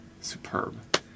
superb